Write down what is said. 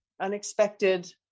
unexpected